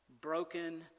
broken